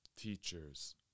teachers